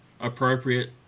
appropriate